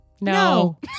No